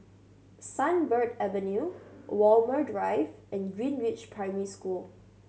Sunbird Avenue Walmer Drive and Greenridge Primary School